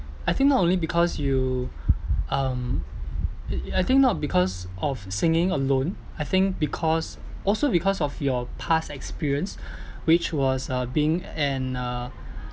I think not only because you um I think not because of singing alone I think because also because of your past experience which was uh being an uh